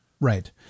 Right